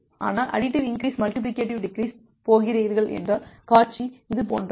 ஆனால் additive increase multiplicative decrease போகிறீர்கள் என்றால் காட்சி இது போன்றது